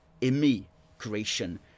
immigration